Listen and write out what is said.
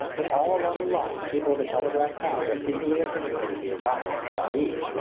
that all along the line the people of the telegraph towns are eagerly anticipating the arrival of the sahib,